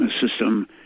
system